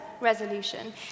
resolution